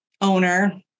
owner